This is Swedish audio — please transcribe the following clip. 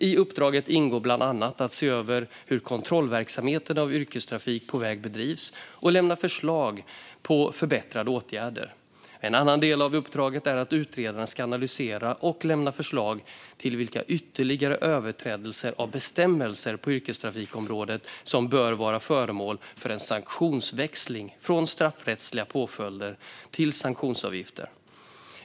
I uppdraget ingår bland annat att se över hur kontrollverksamheten av yrkestrafik på väg bedrivs och lämna förslag på förbättrande åtgärder. En annan del av uppdraget är att utredaren ska analysera och lämna förslag till vilka ytterligare överträdelser av bestämmelser på yrkestrafikområdet som bör vara föremål för en sanktionsväxling från straffrättsliga påföljder till sanktionsavgifter.